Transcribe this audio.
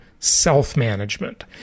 self-management